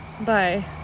Bye